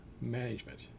management